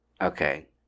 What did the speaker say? Okay